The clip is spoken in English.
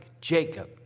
Jacob